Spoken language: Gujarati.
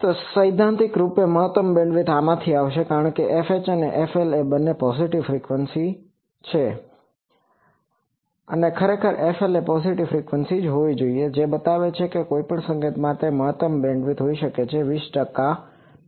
તો સૈદ્ધાંતિક રૂપે મહત્તમ બેન્ડવિડ્થ આમાંથી આવશે કારણ કે fH અને fL બંને પોઝીટીવ ફ્રિકવન્સી positive frequencyહકારાત્મક આવર્તન હોવા જોઈએ અથવા ખરેખર fL પોઝીટીવ ફ્રિકવન્સી હોવી જોઈએ જે બતાવે છે કે કોઈપણ સંકેત માટે મહત્તમ બેન્ડવિડ્થ હોઈ શકે તે 200 ટકા મહત્તમ છે